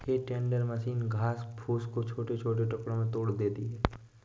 हे tender machine घास फूस को छोटे छोटे टुकड़ों में तोड़ देती है